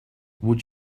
would